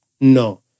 No